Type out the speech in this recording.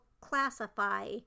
classify